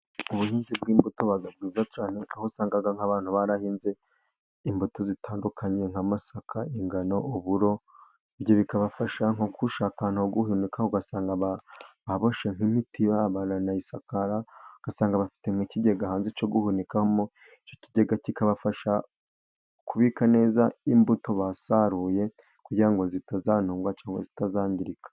Ubuhinzi bw'imbuto buba bwiza cyane, aho usangaga nk'abantu barahinze imbuto zitandukanye, nk'amasaka, ingano, uburo, ibyo bikabafasha nko kugushaka no guhunika, ugasanga baboshye nk'imitiba baranayisakara, ugasanga bafite nk'ikigega hanze cyo guhunikamo, icyo kigega kikabafasha kubika neza imbuto basaruye. Kugira ngo zitazamungwa cyangwa zitazangirika.